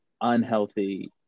unhealthy